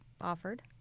offered